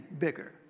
bigger